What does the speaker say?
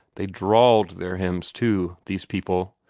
they drawled their hymns too, these people,